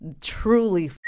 Truly